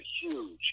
huge